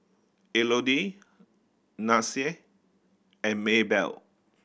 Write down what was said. Elodie Nyasia and Maybell